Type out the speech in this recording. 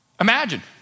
Imagine